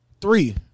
three